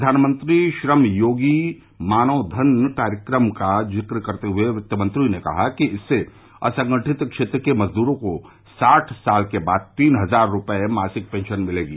प्रधानमंत्री श्रम योगी मानधन कार्यक्रम का जिक्र करते हुए वित्तमंत्री ने कहा कि इससे असंगठित क्षेत्र के मजदूरों को साठ साल के बाद तीन हजार रुपये मासिक पेंशन मिलेगी